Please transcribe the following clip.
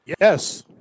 Yes